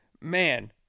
man